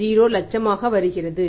30 லட்சமாக வருகிறது